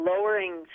lowering